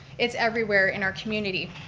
it's everywhere in our community.